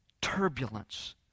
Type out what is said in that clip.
turbulence